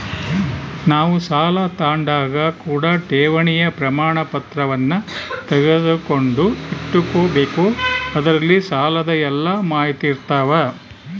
ನಾವು ಸಾಲ ತಾಂಡಾಗ ಕೂಡ ಠೇವಣಿಯ ಪ್ರಮಾಣಪತ್ರವನ್ನ ತೆಗೆದುಕೊಂಡು ಇಟ್ಟುಕೊಬೆಕು ಅದರಲ್ಲಿ ಸಾಲದ ಎಲ್ಲ ಮಾಹಿತಿಯಿರ್ತವ